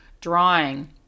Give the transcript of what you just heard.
drawing